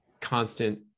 constant